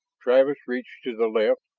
travis reached to the left,